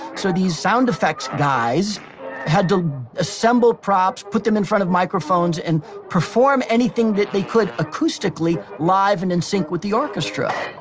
so these sound effects guys had to assemble props, put them in front of microphones, and perform anything that they could acoustically, live, and in sync with the orchestra